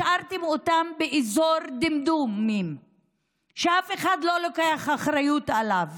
השארתם אותן באזור דמדומים שאף אחד לא לוקח אחריות עליו.